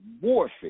warfare